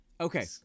Okay